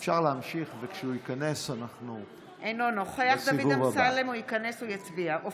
עכשיו הוא לא נוכח, הוא יצביע בסבב השני.